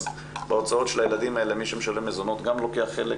אז בהוצאות של הילדים האלה מי שמשלם מזונות גם לוקח חלק.